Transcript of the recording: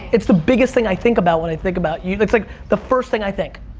it's the biggest thing i think about when i think about you, that's, like, the first thing i think.